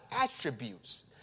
attributes